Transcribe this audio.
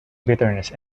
bitterness